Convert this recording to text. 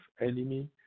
enemy